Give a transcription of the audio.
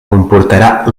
comportarà